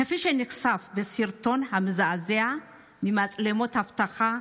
כפי שנחשף בסרטון מזעזע ממצלמות האבטחה,